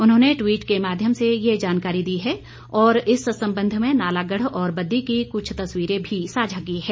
उन्होंने ट्वीट के माध्यम से ये जानकारी दी है और इस संबंध में नालागढ़ और बद्दी की कुछ तस्वीरें भी साझा की है